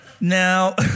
Now